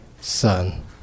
son